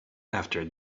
after